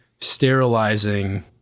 sterilizing